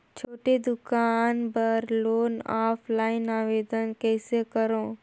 छोटे दुकान बर लोन ऑफलाइन आवेदन कइसे करो?